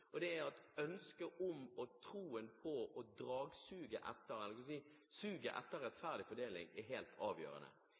Det er at ønsket om, troen på – suget etter